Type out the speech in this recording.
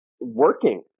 working